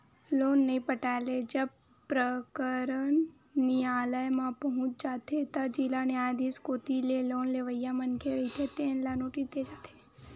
loan नइ पटाए ले जब प्रकरन नियालय म पहुंच जाथे त जिला न्यायधीस कोती ले लोन लेवइया मनखे रहिथे तेन ल नोटिस दे जाथे